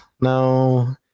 no